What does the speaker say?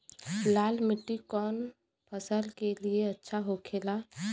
लाल मिट्टी कौन फसल के लिए अच्छा होखे ला?